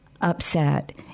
upset